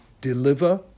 deliver